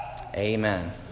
Amen